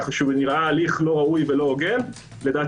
ככה שהוא נראה הליך לא ראוי ולא הוגן - לדעתי